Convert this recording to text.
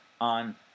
on